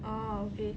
orh okay